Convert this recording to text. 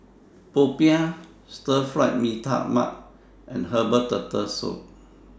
Popiah Stir Fry Mee Tai Mak and Herbal Turtle Soup